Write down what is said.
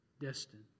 destined